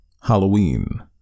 Halloween